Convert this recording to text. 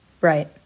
Right